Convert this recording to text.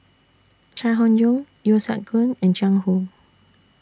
Chai Hon Yoong Yeo Siak Goon and Jiang Hu